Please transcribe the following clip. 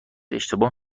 اشتباه